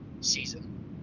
season